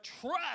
trust